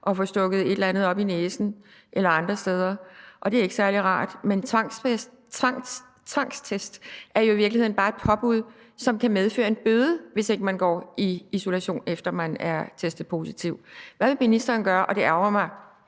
og få stukket et eller andet op i næsen eller andre steder, og det er ikke særlig rart. Men tvangstest er jo i virkeligheden bare et påbud, som kan medføre en bøde, hvis ikke man går i isolation, efter man er testet positiv. Hvad vil ministeren gøre? Det ærgrer mig